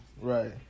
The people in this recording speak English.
Right